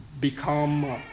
become